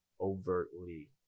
overtly